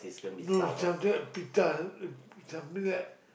no sheltered pita something like